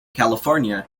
california